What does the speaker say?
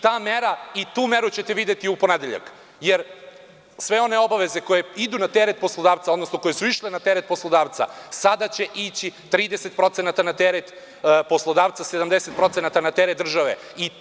Tu meru ćete videti u ponedeljak, jer sve one obaveze koje idu na teret poslodavca, odnosno koje su išle na teret poslodavca sada će ići 30% na teret poslodavca, 70% na teret države.